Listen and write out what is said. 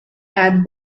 and